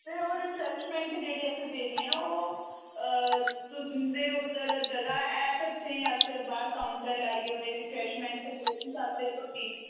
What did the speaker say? ते ओह् रिफरेशमेंट जेह्ड़ी असें देनी ऐ ओह् तुन्दे उद्धर जगह ऐ बच्चें आस्तै बाहर काउंटर लाइयै उनें रिफरेशमेंट देई जाई सकदी